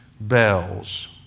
Bells